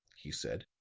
he said.